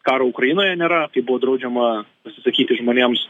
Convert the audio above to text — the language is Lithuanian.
karo ukrainoje nėra kai buvo draudžiama pasisakyti žmonėms